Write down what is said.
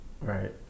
Right